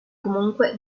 comunque